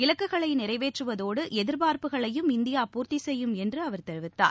இலக்குகளை நிறைவேற்றுவதோடு எதிர்பார்ப்புகளையும் இந்தியா பூர்த்தி செய்யும் என்று அவர் தெரிவித்தார்